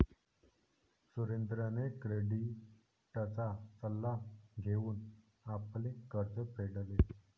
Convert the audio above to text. सुरेंद्रने क्रेडिटचा सल्ला घेऊन आपले कर्ज फेडले